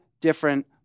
different